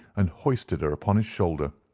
and hoisted her upon his shoulder,